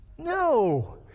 No